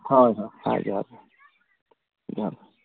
ᱦᱳᱭ ᱦᱳᱭ ᱦᱮᱸ ᱡᱚᱦᱟᱨ ᱡᱚᱦᱟᱨ